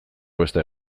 beste